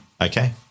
okay